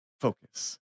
focus